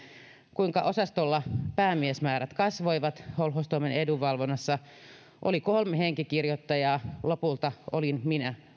kuinka osastolla päämiesmäärät kasvoivat ja holhoustoimen edunvalvonnassa oli kolme henkikirjoittajaa lopulta olin minä